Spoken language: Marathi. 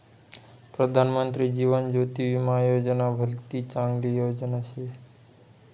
प्रधानमंत्री जीवन ज्योती विमा योजना भलती चांगली योजना शे